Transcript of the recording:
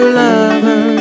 lover